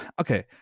Okay